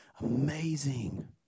Amazing